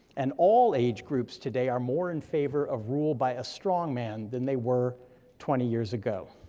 and all age groups today are more in favor of rule by a strongman than they were twenty years ago.